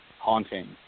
haunting